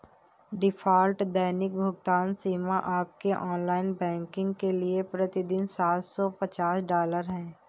default दैनिक भुगतान सीमा आपके ऑनलाइन बैंकिंग के लिए प्रति दिन सात सौ पचास डॉलर है